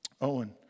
Owen